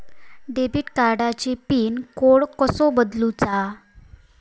Credit कार्डची pin code कसो बदलुचा?